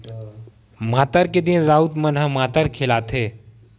मातर के दिन राउत मन ह मातर खेलाथे